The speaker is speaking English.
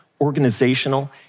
organizational